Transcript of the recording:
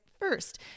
First